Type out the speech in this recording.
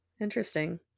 interesting